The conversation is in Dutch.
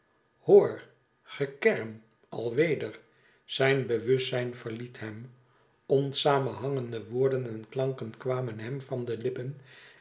hoor gekerm alweder zijn bewustzijn verliet hem onsamenhangende woorden en klanken kwamen hem van de lippen